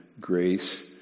grace